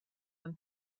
when